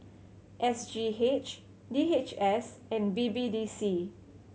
S G H D H S and B B D C